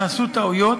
נעשו טעויות.